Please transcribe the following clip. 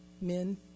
men